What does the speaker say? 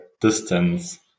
distance